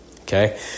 okay